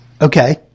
Okay